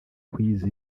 gukwiza